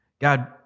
God